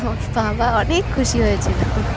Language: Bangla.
আমার বাবা অনেক খুশি হয়েছিল